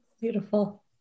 beautiful